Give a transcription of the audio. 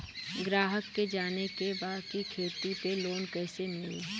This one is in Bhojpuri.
ग्राहक के जाने के बा की खेती पे लोन कैसे मीली?